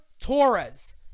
Torres